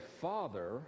father